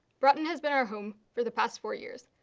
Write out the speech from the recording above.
broughton has been our home for the past four years.